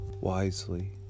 wisely